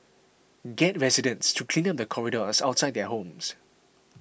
get residents to clean up the corridors outside their homes